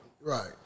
Right